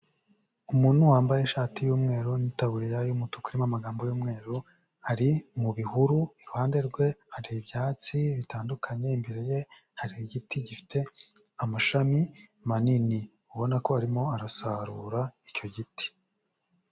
Umuntu wambaye ishati y'umweru n'itaburiya y'umutuku irimo amagambo y'umweru, ari mu bihuru, iruhande rwe hari ibyatsi bitandukanye, imbere ye hari igiti gifite amashami manini, ubona ko arimo arasarura icyo giti.